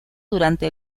durante